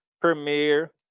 premiere